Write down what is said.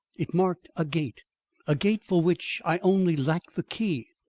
it marked a gate a gate for which i only lacked the key.